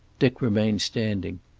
dick remained standing.